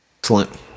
Excellent